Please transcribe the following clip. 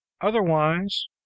Otherwise